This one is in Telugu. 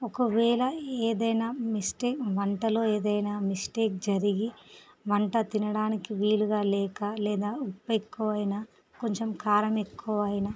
ఒకవేళ ఏదైన మిస్టేక్ వంటలో ఏదైన మిస్టేక్ జరిగి వంట తినడానికి వీలుగా లేక లేదా ఉప్పు ఎక్కువ అయిన కొంచెం కారం ఎక్కువ అయిన